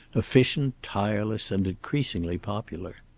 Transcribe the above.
efficient, tireless, and increasingly popular.